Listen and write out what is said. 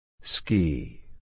Ski